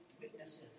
witnesses